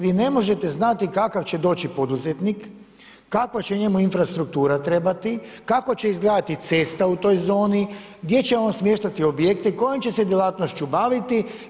Vi ne možete znati kakav će doći poduzetnik, kakva će njemu infrastruktura trebati, kako će izgledati cesta u toj zoni, gdje će on smještati objekte, kojom će se djelatnošću baviti.